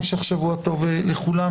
המשך שבוע טוב לכולם.